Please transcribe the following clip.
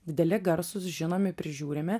dideli garsūs žinomi prižiūrimi